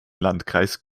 landkreis